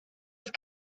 have